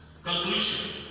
Conclusion